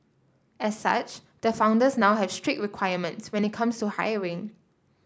as such the founders now have strict requirements when it comes to hiring